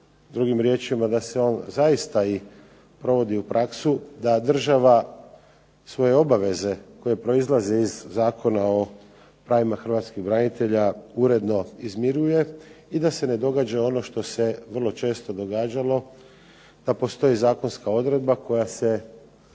drugim riječima da se on zaista i provodi u praksi, da država svoje obveze koje proizlaze iz Zakona o pravima Hrvatskih branitelja uredno izmiruje i da se ne događa ono što se vrlo često događalo, da postoji zakonska odredba koja se